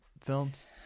films